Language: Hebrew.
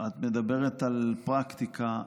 את מדברת על פרקטיקה.